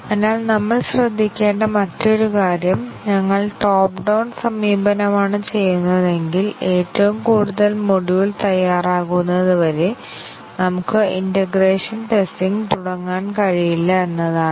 അതിനാൽ നമ്മൾ ശ്രദ്ധിക്കേണ്ട മറ്റൊരു കാര്യം ഞങ്ങൾ ടോപ്പ് ഡൌൺ സമീപനമാണ് ചെയ്യുന്നതെങ്കിൽ ഏറ്റവും കൂടുതൽ മൊഡ്യൂൾ തയ്യാറാകുന്നതുവരെ നമുക്ക് ഇന്റേഗ്രേഷൻ ടെസ്റ്റിങ് തുടങ്ങാൻ കഴിയില്ല എന്നതാണ്